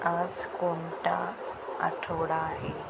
आज कोणता आठवडा आहे